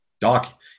Doc